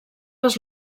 les